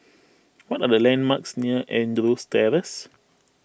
what are the landmarks near Andrews Terrace